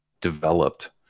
developed